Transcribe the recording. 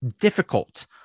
difficult